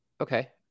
okay